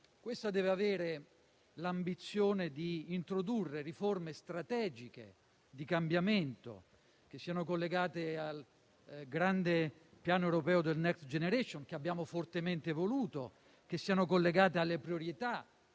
questa deve avere l'ambizione di introdurre riforme strategiche di cambiamento, che siano collegate al grande piano europeo Next generation EU, che abbiamo fortemente voluto, e alle priorità